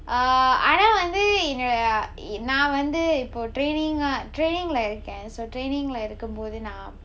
err ஆனா வந்து இந்த நான் வந்து இப்ப:aana vanthu intha naan vanthu ippa training uh training lah இருக்கேன்:irukkaen so training lah இருக்கும் போது நான்:irukkum pothu naan